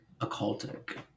occultic